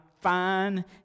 fine